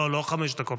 לא, לא חמש דקות.